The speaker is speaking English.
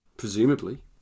presumably